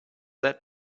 that